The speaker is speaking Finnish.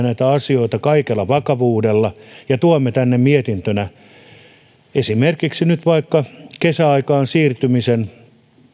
näitä asioita kaikella vakavuudella ja tuomme tänne mietintönä esimerkiksi nyt vaikka kesäaikaan siirtymisen